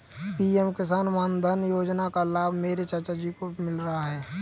PM Kisan Maandhan Yojana का लाभ मेरे चाचा जी को मिल रहा है